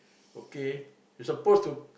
okay it's supposed to